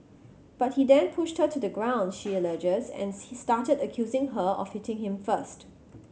but he then pushed her to the ground she alleges and see started accusing her of hitting him first